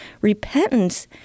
Repentance